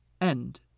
End